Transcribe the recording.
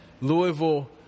Louisville